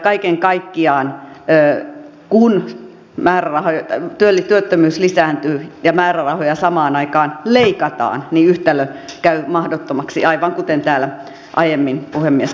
kaiken kaikkiaan kun työttömyys lisääntyy ja määrärahoja samaan aikaan leikataan yhtälö käy mahdottomaksi aivan kuten täällä aiemmin puhemies kävi ilmi